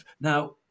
Now